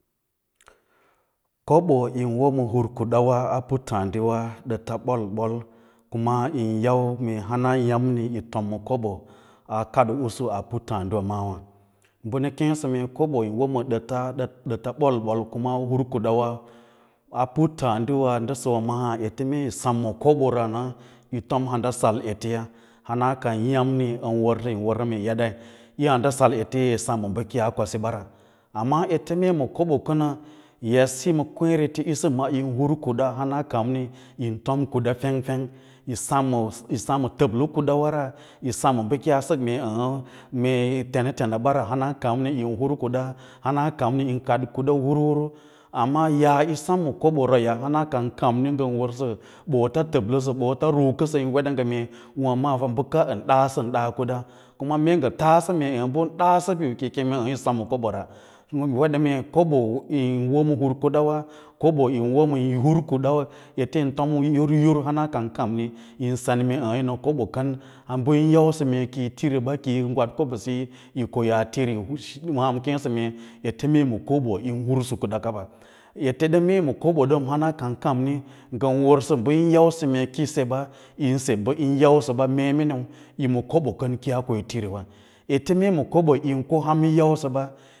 Kobo yīn woma hurkuɗa a put tǎǎdiwa ɗəta ɓol-ɓol kuma yin yau mee hanaya’mni yi tom ma koɓo a kad usu a puttǎǎdiwa domawa bə nə keẽsə mee kobo yin woma ɗəta ɓol-ɓol u hurkudawa a puttǎǎɗiwa ndə ura’ maa ete mee yi sem ma kobora nə yi’ tom handasal eteua, hana kan ya’mni ən wər mee eɗa ndə handa sal eteya yi sem ma bəkar u ki yaa kwasi ɓara, amma ete mee yi ma kobo kənə edsiyi ma mweẽrete ꞌisi yin bukuɗa hana kamni yin tom kuda pengpeng yi sem ma təblə kudawara yi sem ma bə kiyaas sək mee əə əə mee yi tenatena ɓara hana kamni hura kuɗa hana kamni yin kad kuda huru huru, amma yaa yi sem ma koboraya hana kan kanmi ngən wər sə ɓoota təbləsə ɓoota ruukəsə yin weɗa ngə mee wa’ fa bəka ən ɗasənɗa a kuɗa kuma mee ngə yaasə mee ɓən ɗaasə bin kəi kem yi sem ma kobora wede mee kobo eẽ yín woma hurkudawa kobo yin woma eẽ hur kudawa ete yin tom yur yur hana kan kamni yin sen mee əə̃ əə̃ yi ma kobo kən bə yín yausə mee ko yi tiri ba, kiyi gwaɗ kobo siyi yi ko yaa tiri siyo maa ən kesə mee yi ma kobo yin hursə kuda kaba, ete ɗən mee yi ma kobo ɗən hana kan kamni ngən wərsə ɓə yin yausə mee ki yise ɓa yinse ɓa yin yausal ɓa, mee miniu yi ma kobo kən ko yaa ko yi tiriwa ete mee yi ona kobo yi koa ham yin yausə ɓa.